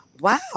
wow